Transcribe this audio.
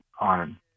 on